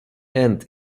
end